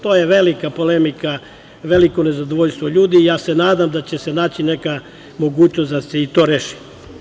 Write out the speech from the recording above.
To je velika polemika, veliko nezadovoljstvo ljudi i ja se nadam da će se naći neka mogućnost da se i to reši.